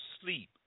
sleep